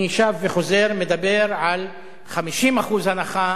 אני שב וחוזר, מדובר על 50% הנחה